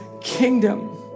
kingdom